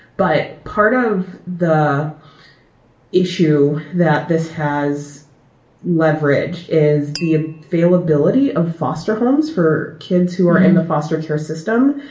but part of the issue that this has leverage is the faile ability of foster homes for kids who are in the foster care system.